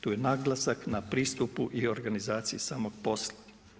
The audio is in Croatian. Tu je naglasak na pristupu i organizaciji samog posla.